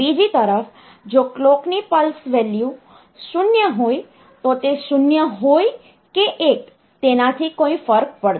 બીજી તરફ જો કલોક ની પલ્સ વેલ્યુ 0 હોય તો તે 0 હોય કે 1 તેનાથી કોઈ ફર્ક નથી પડતો